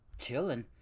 chilling